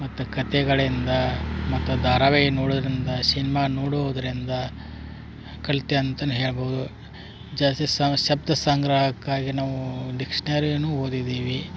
ಮತ್ತು ಕತೆಗಳಿಂದ ಮತ್ತು ಧಾರವಾಹಿ ನೋಡೊದರಿಂದ ಸಿನೆಮಾ ನೋಡೂದರಿಂದ ಕಲ್ತಿ ಅಂತನೆ ಹೇಳ್ಬೌದು ಜಾಸ್ತಿ ಶಬ್ದ ಸಂಗ್ರಹಕ್ಕಾಗಿ ನಾವು ಡಿಕ್ಷ್ನರಿಯನ್ನು ಓದಿದ್ದೀವಿ